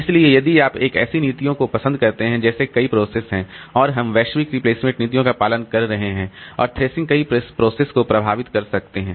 इसलिए यदि आप एक ऐसी नीतियों को पसंद करते हैं जैसे कई प्रोसेस हैं और हम वैश्विक रिप्लेसमेंट नीतियों का पालन कर रहे हैं और थ्रेशिंग कई प्रोसेस को प्रभावित कर सकते हैं